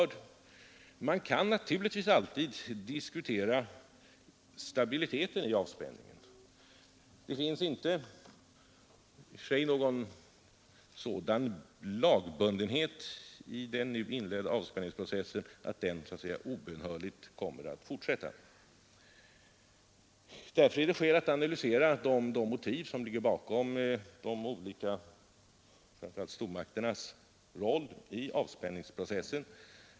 Man kan naturligtvis alltid diskutera stabiliteten i avspänningen. Det finns i och för sig inte någon sådan lagbundenhet i den nu inledda avspänningsprocessen att den obönhörligt måste fortsätta. Därför finns det skäl att analysera de motiv som ligger bakom stormakternas roll i avspänningsprocessen.